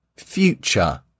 future